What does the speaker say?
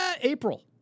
April